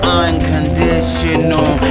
unconditional